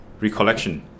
recollection